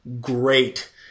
great